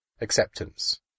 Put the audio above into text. acceptance